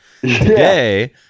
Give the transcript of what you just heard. today